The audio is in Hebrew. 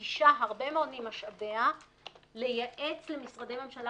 מקדישה הרבה מאוד ממשאביה לייעץ למשרדי ממשלה